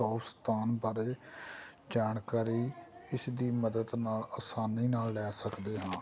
stop ਸਥਾਨ ਬਾਰੇ ਜਾਣਕਾਰੀ ਇਸ ਦੀ ਮਦਦ ਨਾਲ ਅਸਾਨੀ ਨਾਲ ਲੈ ਸਕਦੇ ਹਾਂ